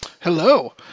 hello